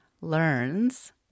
learns